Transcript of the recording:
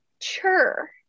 sure